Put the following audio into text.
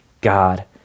God